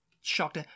shocked